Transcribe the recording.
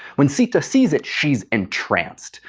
when sita sees it she is entranced,